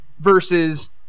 versus